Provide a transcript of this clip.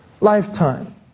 lifetime